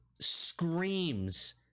screams